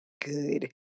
good